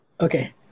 okay